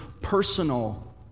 personal